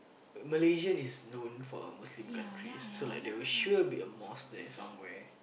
Malaysian is known for a Muslim country so like they'll sure be a mosque there somewhere